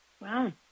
Wow